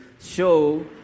show